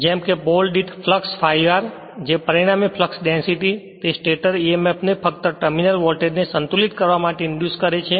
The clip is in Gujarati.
જેમ કે પોલ દીઠ ફ્લક્સ ∅r જે પરિણામી ફ્લક્સ ડેંસિટી તે સ્ટેટર emf ને ફક્ત ટર્મિનલ વોલ્ટેજને સંતુલિત કરવા ઇંડ્યુસ કરે છે